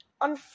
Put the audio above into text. On